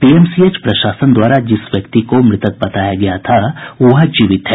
PMCH प्रशासन द्वारा जिस व्यक्ति को मृतक बताया गया था वह जीवित है